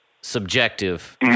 subjective